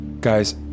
guys